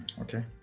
Okay